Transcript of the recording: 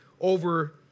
over